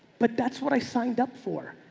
but that's what i signed up for.